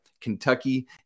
Kentucky